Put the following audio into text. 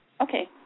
Okay